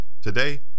Today